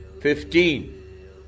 Fifteen